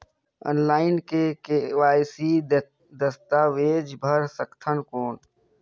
Online KYC दस्तावेज भर सकथन कौन?